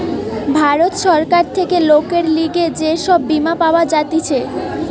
ভারত সরকার থেকে লোকের লিগে যে সব বীমা পাওয়া যাতিছে